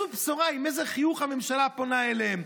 עם איזו בשורה, עם איזה חיוך הממשלה פונה אליהם?